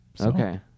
Okay